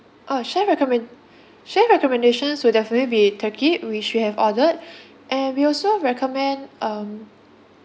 orh chef recommend~ chef recommendations will definitely be turkey which you have ordered and we also recommend um